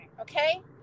Okay